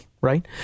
right